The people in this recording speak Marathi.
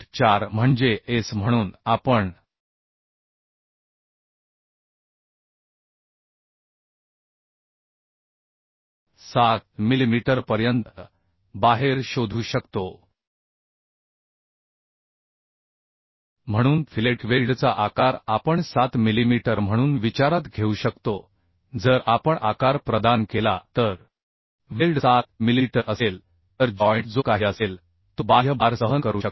4 म्हणजे S म्हणून आपण 7 मिलिमीटरपर्यंत बाहेर शोधू शकतो म्हणून फिलेट वेल्डचा आकार आपण 7 मिलीमीटर म्हणून विचारात घेऊ शकतो जर आपण आकार प्रदान केला तर वेल्ड 7 मिलिमीटर असेल तर जॉइंट जो काही असेल तो बाह्य भार सहन करू शकतात